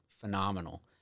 phenomenal